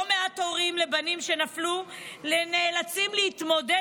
לא מעט הורים לבנים שנפלו נאלצים להתמודד